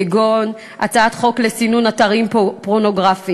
כגון הצעת חוק לסינון אתרים פורנוגרפיים.